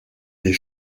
des